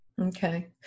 Okay